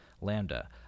Lambda